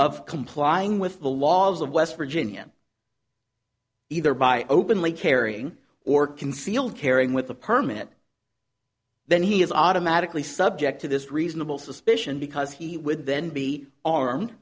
of complying with the laws of west virginia either by openly carrying or concealed carrying with a permit then he is automatically subject to this reasonable suspicion because he would then be armed